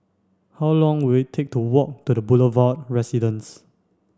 how long will it take to walk to the Boulevard Residence